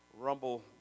rumble